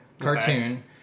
cartoon